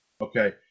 Okay